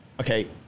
okay